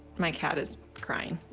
my cat is crying.